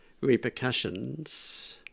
repercussions